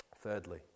Thirdly